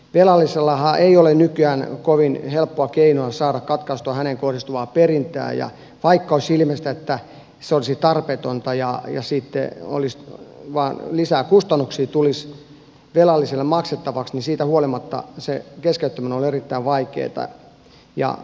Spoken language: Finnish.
velallisellahan ei ole nykyään kovin helppoa keinoa saada katkaistua häneen kohdistuvaa perintää ja vaikka olisi ilmeistä että se olisi tarpeetonta ja sitten vaan lisää kustannuksia tulisi velalliselle maksettavaksi niin siitä huolimatta se keskeyttäminen on erittäin vaikeata